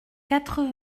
quatre